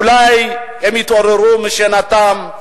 אולי הם יתעוררו משנתם,